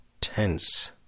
Tense